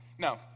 No